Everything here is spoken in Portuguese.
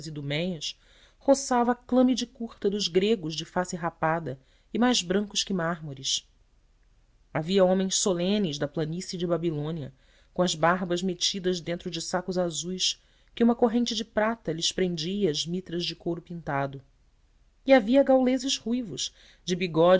das iduméias roçava a clâmide curta dos gregos de face rapada e mais brancos que mármores havia homens solenes da planície de babilônia com as barbas metidas dentro de sacos azuis que uma corrente de prata lhes prendia às mitras de couro pintado e havia gauleses ruivos de bigodes